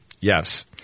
Yes